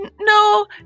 No